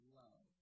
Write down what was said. love